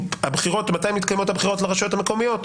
מתי מתקיימות הבחירות לרשויות המקומיות?